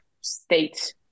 state